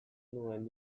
nuen